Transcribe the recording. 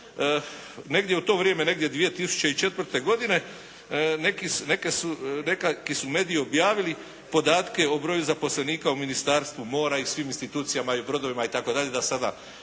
negdje u to vrijeme negdje 2004. godine neki su mediji objavili podatke o broju zaposlenika u Ministarstvu mora i svim institucijama i brodovima itd. da sada